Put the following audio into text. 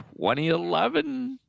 2011